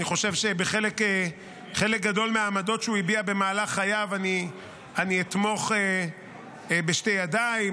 בחלק גדול מהעמדות שהוא הביע במהלך חייו אני אתמוך בשתי ידיי,